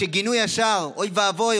שגינו ישר: אוי ואבוי,